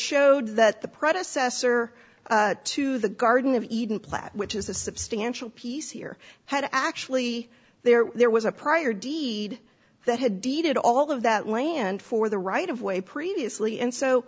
showed that the predecessor to the garden of eden plat which is a substantial piece here had actually there there was a prior deed that had deeded all of that land for the right of way previously and so